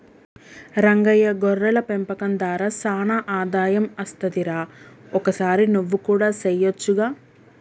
రంగయ్య గొర్రెల పెంపకం దార సానా ఆదాయం అస్తది రా ఒకసారి నువ్వు కూడా సెయొచ్చుగా